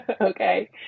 okay